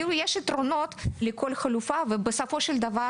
יש יתרונות לכל חלופה ובסופו של דבר